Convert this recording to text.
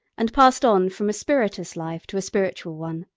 and passed on from a spirituous life to a spiritual one,